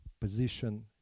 position